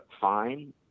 fine